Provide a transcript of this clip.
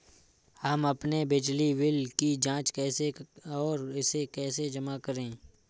हम अपने बिजली बिल की जाँच कैसे और इसे कैसे जमा करें?